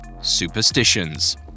superstitions